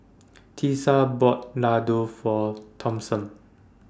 Tisa bought Ladoo For Thompson